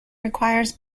requires